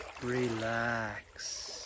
Relax